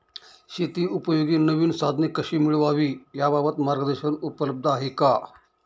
शेतीउपयोगी नवीन साधने कशी मिळवावी याबाबत मार्गदर्शन उपलब्ध आहे का?